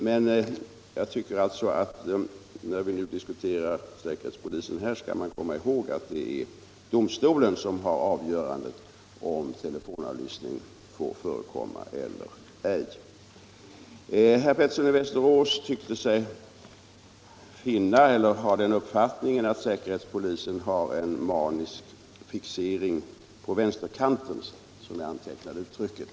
Men «Nr 89 jag tycker alltså att när vi nu diskuterar säkerhetspolisen här skall man Onsdagen den komma ihåg att det är domstolen som har avgörandet när det gäller 24 mars 1976 om telefonavlyssning skall få förekomma eller ej. Skil skrer lön nd Herr Pettersson i Västerås hade uppfattningen att säkerhetspolisen har — Anslag till polisväen manisk fixering på vänsterkanten, som jag antecknade uttrycket.